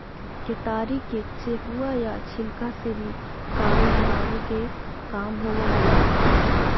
केतारी के चेपुआ या छिलका से भी कागज बनावे के काम होवऽ हई